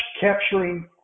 capturing